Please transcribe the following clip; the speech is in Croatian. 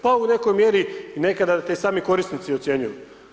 Pa u nekoj mjeri nekada te sami korisnici ocjenjuju.